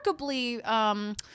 remarkably